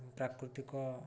ପ୍ରାକୃତିକ